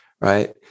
right